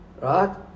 Right